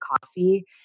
coffee